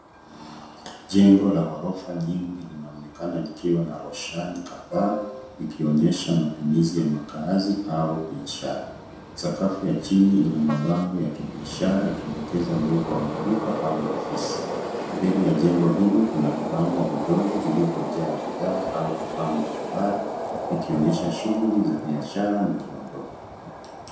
Jengo la ghorofa nyingi linaonekana likiwa na roshani kadhaa, ikionyesha matumizi ya makazi au biashara. Sakafu ya chini ina mabango ya kibiashara ikidokeza uwepo wa maduka au ofisi. Mbele ya jengo hilo, kuna vibanda vidogo vilivyojaa bidhaa au vifaa mbalimbali, ikionyesha shughuli za biashara ndogo ndogo.